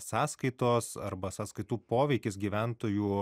sąskaitos arba sąskaitų poveikis gyventojų